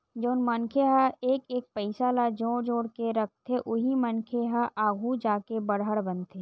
जउन मनखे ह एक एक पइसा ल जोड़ जोड़ के रखथे उही मनखे मन ह आघु जाके बड़हर बनथे